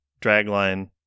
Dragline